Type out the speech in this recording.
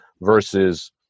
versus